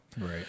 Right